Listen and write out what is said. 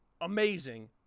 amazing